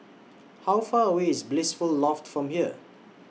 How Far away IS Blissful Loft from here